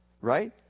Right